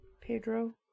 Pedro